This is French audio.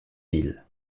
ville